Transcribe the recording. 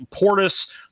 Portis